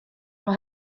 will